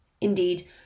Indeed